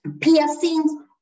piercings